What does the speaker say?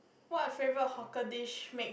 what favourite hawker dish make